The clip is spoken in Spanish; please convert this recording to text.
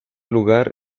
lugar